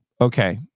Okay